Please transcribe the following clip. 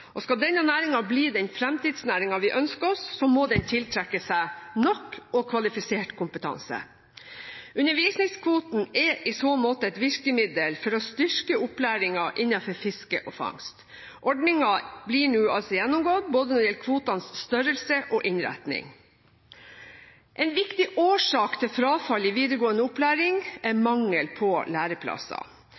arbeidsplass. Skal denne næringen bli den fremtidsnæringen vi ønsker oss, må den tiltrekke seg nok og kvalifisert kompetanse. Undervisningskvotene er i så måte et virkemiddel for å styrke opplæringen innenfor fiske og fangst. Ordningen blir nå gjennomgått når det gjelder både kvotenes størrelse og kvotenes innretting. En viktig årsak til frafall i videregående opplæring er mangel på